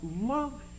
love